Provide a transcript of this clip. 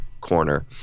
corner